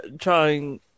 trying